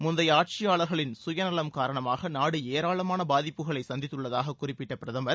முந்தைய ஆட்சியாளர்களின் சுயநலம் காரணமாக நாடு ஏராளமான பாதிப்புகளை சந்தித்துள்ளதாகக் குறிப்பிட்ட பிரதமர்